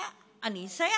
אני אסיים.